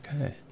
Okay